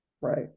Right